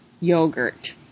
yogurt